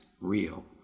real